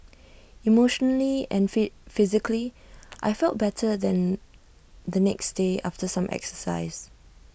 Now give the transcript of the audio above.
emotionally and fee physically I felt better than the next day after some exercise